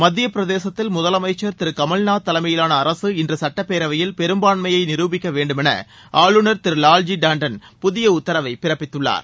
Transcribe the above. மத்திய பிரதேசத்தில் முதலமைச்சர் திரு கமல்நாத் தலைமையிவான அரசு இன்று சட்டப்பேரவையில் பெரும்பான்மையை நிருபிக்க வேண்டும் என ஆளுநர் திரு வால் ஜி டான்டன் புதிய உத்தரவை பிறப்பித்துள்ளார்